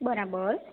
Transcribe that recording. બરાબર